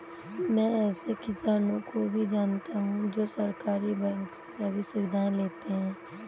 मैं ऐसे किसानो को भी जानता हूँ जो सहकारी बैंक से सभी सुविधाएं लेते है